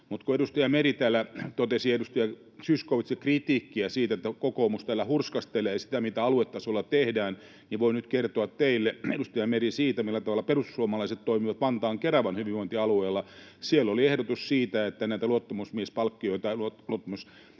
Kun edustaja Meri täällä totesi edustaja Zyskowiczille kritiikkiä siitä, että kokoomus täällä hurskastelee sillä, mitä aluetasolla tehdään, niin voin nyt kertoa teille, edustaja Meri, siitä, millä tavalla perussuomalaiset toimivat Vantaan—Keravan hyvinvointialueella. Siellä oli ehdotus siitä, että näitä luottamusmiespalkkioita,